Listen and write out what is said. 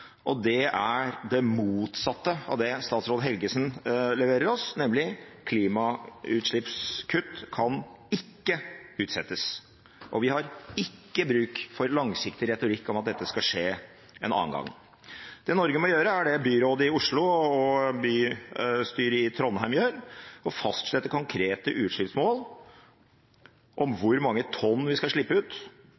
og det er det motsatte av det statsråd Helgesen leverer oss – nemlig at klimautslippskutt ikke kan utsettes. Vi har ikke bruk for langsiktig retorikk om at dette skal skje en annen gang. Det Norge må gjøre, er det byrådet i Oslo og bystyret i Trondheim gjør: fastsette konkrete utslippsmål for hvor mange tonn vi skal slippe ut om